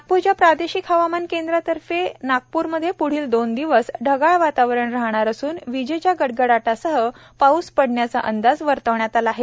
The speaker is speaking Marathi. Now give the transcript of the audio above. नागपूरच्या प्रादेशिक हवामान केंद्रातर्फे नागपूरमध्ये पुढील दोन दिवस ढगाळ वातावरण राहणार असून विजेच्या कडकटासह पाऊस पडण्याचा अंदाज वर्तविण्यात आला आहे